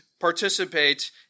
participate